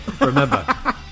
Remember